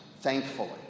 thankfully